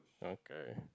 okay